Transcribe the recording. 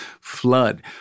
Flood